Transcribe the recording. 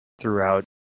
throughout